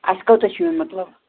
اَسہِ کوٚتتھ چھُ یُن مطلب